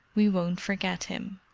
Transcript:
we won't forget him.